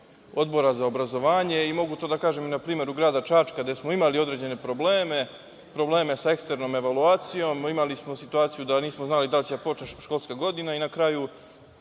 Odbora za obrazovanje. Mogu to da kažem i na primeru grada Čačka, gde smo imali određene probleme, probleme sa eksternom evoluacijom, imali smo situaciju da nismo znali da li će da počne školska godina i na kraju,